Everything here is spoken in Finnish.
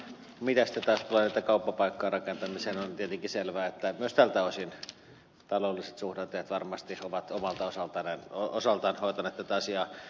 mitä taas tulee kauppapaikkarakentamiseen on tietenkin selvää että myös tältä osin taloudelliset suhdanteet varmasti ovat omalta osaltaan hoitaneet tätä asiaa